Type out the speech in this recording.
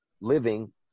living